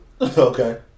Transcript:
Okay